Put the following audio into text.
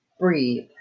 breathe